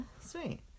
sweet